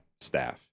staff